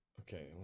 okay